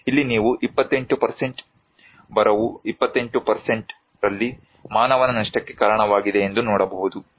ಇಲ್ಲಿ ನೀವು 28 ಬರವು 28 ರಲ್ಲಿ ಮಾನವನ ನಷ್ಟಕ್ಕೆ ಕಾರಣವಾಗಿದೆ ಎಂದು ನೋಡಬಹುದು